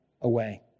away